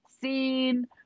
seen